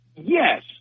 Yes